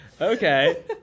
okay